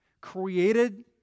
created